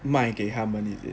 卖给他们 is it